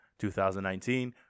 2019